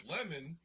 Lemon